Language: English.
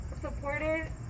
supported